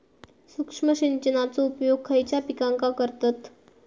सूक्ष्म सिंचनाचो उपयोग खयच्या पिकांका करतत?